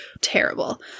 terrible